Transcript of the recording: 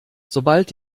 sobald